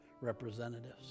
representatives